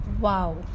Wow